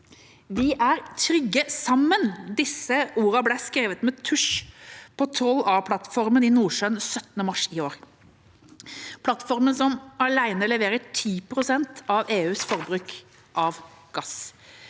«Vi er trygge sammen» – disse ordene ble skrevet med tusj på Troll A-plattformen i Nordsjøen den 17. mars i år, plattformen som alene leverer 10 pst. av EUs forbruk av gass.